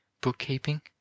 bookkeeping